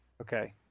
Okay